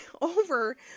over